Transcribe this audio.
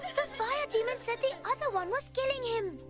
the fire demon said the other one was killing him!